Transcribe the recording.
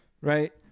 right